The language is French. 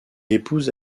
épouse